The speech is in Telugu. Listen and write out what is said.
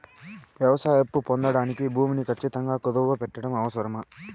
వ్యవసాయ అప్పు పొందడానికి భూమిని ఖచ్చితంగా కుదువు పెట్టడం అవసరమా?